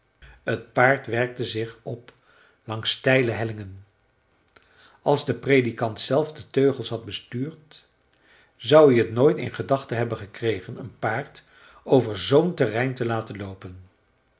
het paard werkte zich op langs steile hellingen als de predikant zelf de teugels had bestuurd zou hij het nooit in de gedachten hebben gekregen een paard over zoo'n terrein te laten loopen